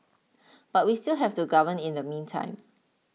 but we still have to govern in the meantime